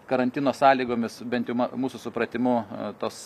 karantino sąlygomis bent jau mūsų supratimu tos